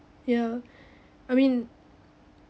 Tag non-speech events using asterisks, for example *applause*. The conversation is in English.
ya *breath* I mean